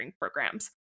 programs